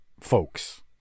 folks